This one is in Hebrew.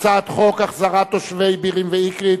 הצעת חוק החזרת תושבי בירעם ואקרית